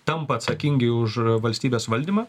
tampa atsakingi už valstybės valdymą